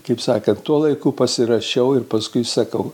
kaip sakant tuo laiku pasirašiau ir paskui sakau